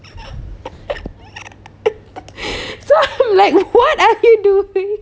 so like what are you doing